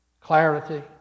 clarity